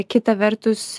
kita vertus